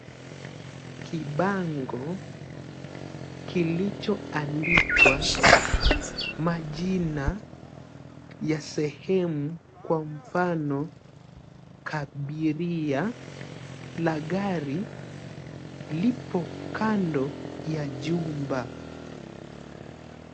Kibango kilichoandikwa majina ya sehemu kwa mfano Kabiria la gari lipo kando ya jumba.